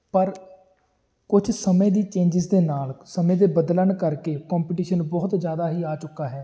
ਪਰ ਕੁਛ ਸਮੇਂ ਦੀ ਚੇਂਜਿਸ ਦੇ ਨਾਲ ਸਮੇਂ ਦੇ ਬਦਲਣ ਕਰਕੇ ਕੋਂਪੀਟੀਸ਼ਨ ਬਹੁਤ ਜ਼ਿਆਦਾ ਹੀ ਆ ਚੁੱਕਾ ਹੈ